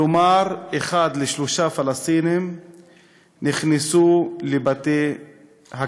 כלומר, אחד לשלושה פלסטינים נכנס לבתי-הכלא.